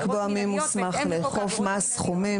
הם צריכים לקבוע מי מוסמך לאכוף, מה הסכומים.